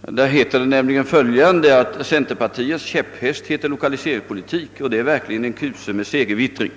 Där stod följande: »Centerpartiets käpphäst heter lokaliseringspolitik, och det är verkligen en kuse med segervittring.